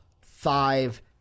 five